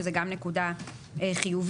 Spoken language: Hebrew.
שזו גם נקודה חיובית.